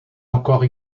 encore